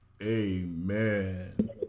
Amen